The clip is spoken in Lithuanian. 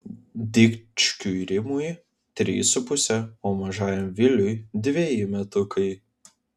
dičkiui rimui treji su puse o mažajam viliui dveji metukai